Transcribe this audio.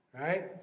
right